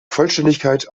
vollständigkeit